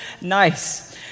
nice